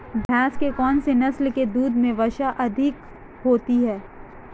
भैंस की कौनसी नस्ल के दूध में वसा अधिक होती है?